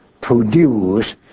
produce